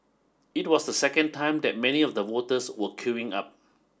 it was the second time that many of the voters were queuing up